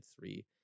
three